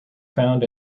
found